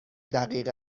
دقیقه